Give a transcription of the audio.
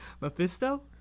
Mephisto